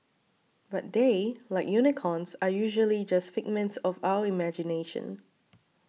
but they like unicorns are usually just figments of our imagination